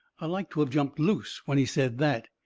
i like to of jumped loose when he says that.